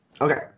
Okay